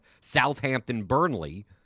Southampton-Burnley—